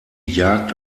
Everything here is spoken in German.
jagd